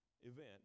event